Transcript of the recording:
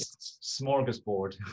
smorgasbord